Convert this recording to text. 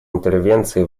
интервенции